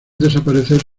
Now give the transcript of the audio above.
desaparecer